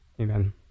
Amen